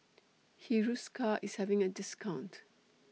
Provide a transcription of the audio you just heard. Hiruscar IS having A discount